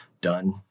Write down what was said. done